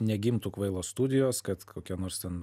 negimtų kvailos studijos kad kokia nors ten